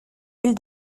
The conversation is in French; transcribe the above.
ville